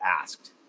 asked